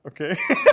okay